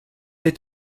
est